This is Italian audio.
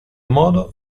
modo